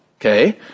okay